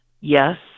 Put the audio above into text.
Yes